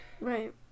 Right